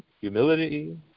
humility